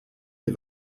les